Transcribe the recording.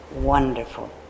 Wonderful